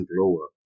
lower